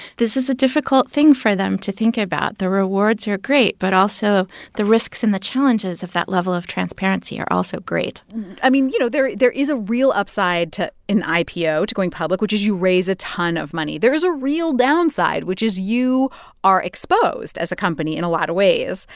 this is a difficult thing for them to think about. the rewards are great, but also the risks and the challenges of that level of transparency are also great i mean, you know, there there is a real upside to an ipo to going public, which is you raise a ton of money. there is a real downside, which is you are exposed as a company in a lot of ways.